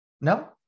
no